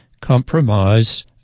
compromise